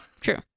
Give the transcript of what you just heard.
true